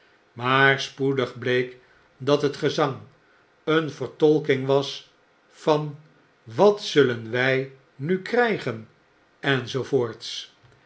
maar spoedig bleek dat het gezang een vertolking was van wat zullen wy nu krggen